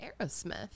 Aerosmith